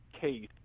case